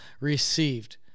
received